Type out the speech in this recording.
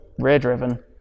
Rear-driven